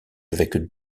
avec